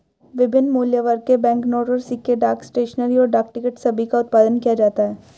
विभिन्न मूल्यवर्ग के बैंकनोट और सिक्के, डाक स्टेशनरी, और डाक टिकट सभी का उत्पादन किया जाता है